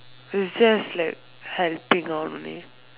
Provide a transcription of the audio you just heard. is just like helping out only